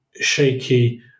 Shaky